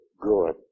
good